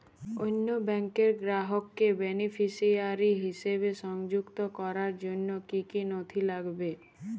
অন্য ব্যাংকের গ্রাহককে বেনিফিসিয়ারি হিসেবে সংযুক্ত করার জন্য কী কী নথি লাগবে?